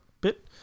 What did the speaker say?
bit